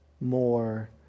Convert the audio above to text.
more